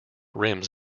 rims